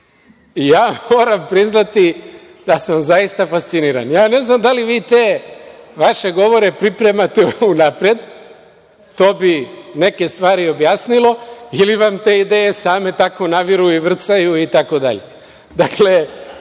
Ja moram priznati da sam zaista fasciniran. Ne znam da li vi te vaše govore pripremate unapred, to bi neke stvari objasnilo, ili vam te ideje same tako naviru i vrcaju itd. Dakle,